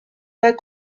pas